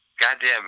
goddamn